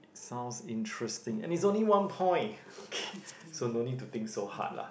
sounds interesting and it's only one point okay so no need to think so hard lah